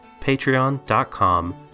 patreon.com